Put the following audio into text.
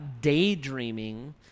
daydreaming